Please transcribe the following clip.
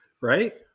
right